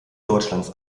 deutschlands